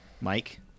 Mike